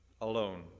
alone